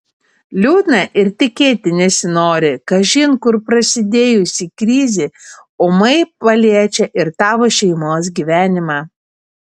liūdna ir tikėti nesinori kažin kur prasidėjusi krizė ūmai paliečia ir tavo šeimos gyvenimą